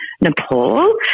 Nepal